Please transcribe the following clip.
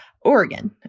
Oregon